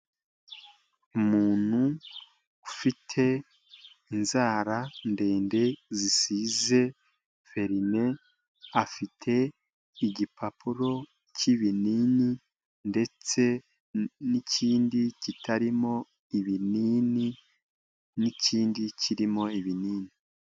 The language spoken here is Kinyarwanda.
Umuntu ufite inzara ndende, zisize verine, afite igipapuro cy'ibinini ndetse n'ikindi kitarimo ibinini n'ikindi kirimo ibinini.